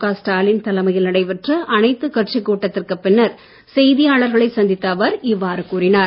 க ஸ்டாலின் தலைமையில் நடைபெற்ற அனைத்து கட்சி கூட்டத்திற்கு பின்னர் செய்தியாளர்களை சந்தித்த அவர் இவ்வாறு கூறினார்